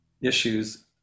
issues